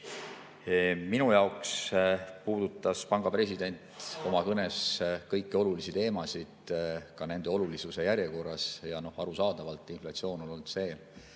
Minu jaoks puudutas panga president oma kõnes kõiki olulisi teemasid nende olulisuse järjekorras. Arusaadavalt inflatsioon on olnud see,